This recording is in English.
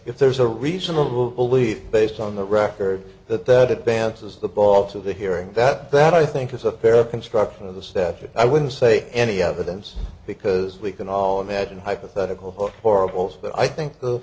if there's a reasonable belief based on the record that that advances the ball to the hearing that that i think is a pair of construction of the statute i wouldn't say any evidence because we can all imagine hypothetical book horrible but i think the